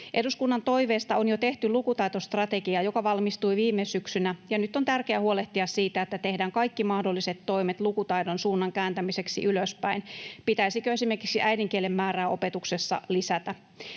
Eduskunnan toiveesta on jo tehty lukutaitostrategia, joka valmistui viime syksynä, ja nyt on tärkeä huolehtia siitä, että tehdään kaikki mahdolliset toimet lukutaidon suunnan kääntämiseksi ylöspäin. Pitäisikö esimerkiksi äidinkielen määrää opetuksessa lisätä?